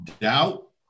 doubt